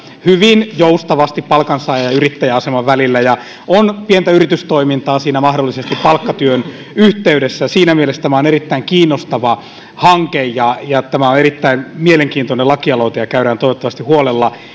hyvin joustavasti palkansaaja ja yrittäjä aseman välillä ja on pientä yritystoimintaa mahdollisesti siinä palkkatyön yhteydessä siinä mielessä tämä on erittäin kiinnostava hanke ja ja tämä on erittäin mielenkiintoinen lakialoite ja käydään toivottavasti